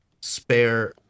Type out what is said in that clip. spare